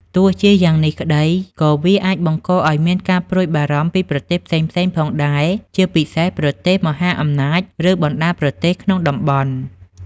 ទោះជាយ៉ាងនេះក្តី ក៏វាអាចបង្កឱ្យមានការព្រួយបារម្ភពីប្រទេសផ្សេងៗផងដែរ ជាពិសេសប្រទេសមហាអំណាច ឬបណ្តាប្រទេសក្នុងតំបន់។